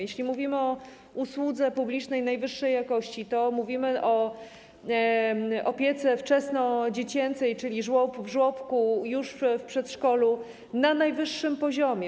Jeśli mówimy o usłudze publicznej najwyższej jakości, to mówimy o opiece wczesnodziecięcej, już w żłobku, w przedszkolu, na najwyższym poziomie.